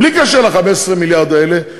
בלי קשר ל-15 מיליארד האלה,